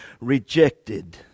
rejected